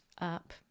up